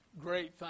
Great